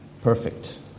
perfect